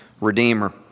Redeemer